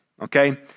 okay